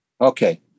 Okay